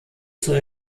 zur